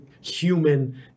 human